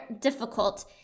difficult